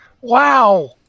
Wow